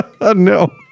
No